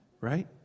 Right